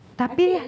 tapi